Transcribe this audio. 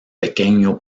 pequeño